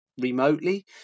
remotely